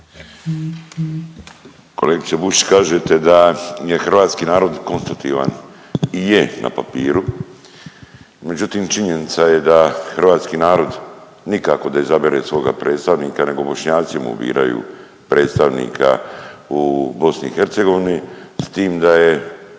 Kolegice Bušić kažete da nije Hrvatski narod konstitutivan. I je na papiru, međutim činjenica je da hrvatski narod nikako da izabere svoga predstavnika, nego Bošnjaci mu biraju predstavnika u BiH s tim da